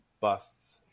busts